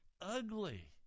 ugly